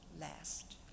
last